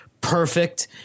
Perfect